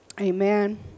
Amen